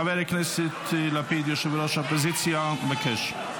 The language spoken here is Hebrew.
חבר הכנסת לפיד, יושב-ראש האופוזיציה, מבקש.